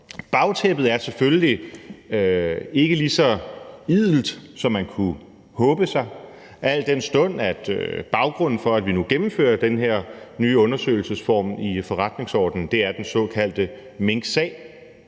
Bagtæppet er selvfølgelig ikke lige så idelt, som man kunne have håbet, al den stund at baggrunden for, at vi nu gennemfører den her nye undersøgelsesform i forretningsordenen, er den såkaldte minksag.